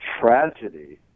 tragedy